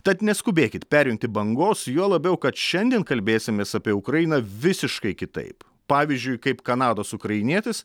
tad neskubėkit perjungti bangos juo labiau kad šiandien kalbėsimės apie ukrainą visiškai kitaip pavyzdžiui kaip kanados ukrainietis